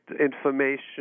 information